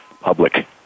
public